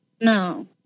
no